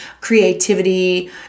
creativity